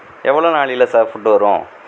எவ்வளோ நாழியில sir food வரும்